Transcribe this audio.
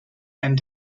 and